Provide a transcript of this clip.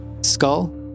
skull